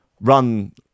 run